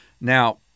Now